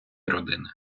родини